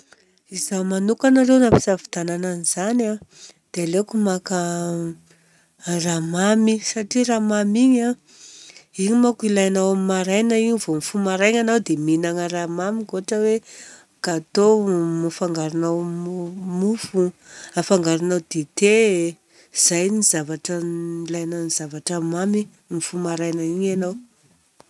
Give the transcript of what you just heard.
Raha izaho manokana aloha raha ampisafidianana an'izany a dia aleoko maka raha mamy satria raha mamy igny a, igny manko ilainao amin'ny maraina igny. Vao mifoha maraina anao dia mihinagna raha mamy ohatra hoe gateau afangaronao mofo, afangaronao dite, izay zavatra, ilaina ny zavatra mamy mifoha maraina igny anao.